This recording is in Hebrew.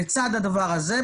לצד הדבר הזה,